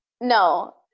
No